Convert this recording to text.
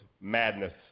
madness